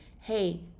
hey